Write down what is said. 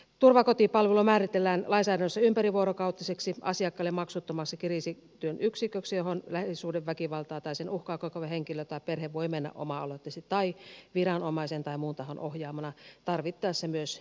turvakotipalvelu määritellään lainsäädännössä ympärivuorokautiseksi asiakkaalle maksuttomaksi kriisityön yksiköksi johon lähisuhdeväkivaltaa tai sen uhkaa kokeva henkilö tai perhe voi mennä oma aloitteisesti tai viranomaisen tai muun tahon ohjaamana tarvittaessa myös nimettömänä